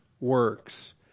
works